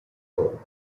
role